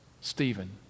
Stephen